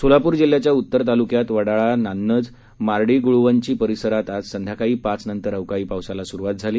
सोलापूर जिल्ह्याच्या उत्तर तालुक्यात वडाळानान्नज मार्डी गुळवंची परिसरात आज संध्याकाळी पाचनंतर अवकाळी पावसाला सुरुवात झाली